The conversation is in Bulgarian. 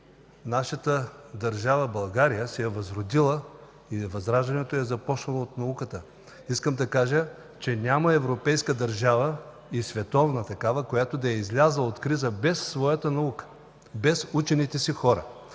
нашата държава България се е възродила или възраждането е започнало от науката. Искам да кажа, че няма европейска и световна държава, която да е излязла от криза без своята науката, без учените си хора.